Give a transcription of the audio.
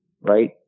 right